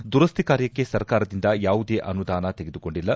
ದುರಸ್ತಿ ಕಾರ್ಯಕ್ಕೆ ಸರ್ಕಾರದಿಂದ ಯಾವುದೇ ಅನುದಾನ ತೆಗೆದುಕೊಂಡಿಲ್ಲ